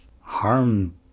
harm